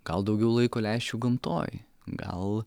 gal daugiau laiko leisčiau gamtoj gal